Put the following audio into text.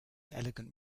elegant